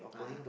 ah